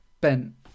Ben